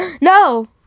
no